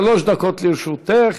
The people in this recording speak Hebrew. שלוש דקות לרשותך,